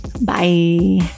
Bye